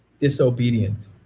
disobedient